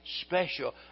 special